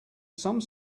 some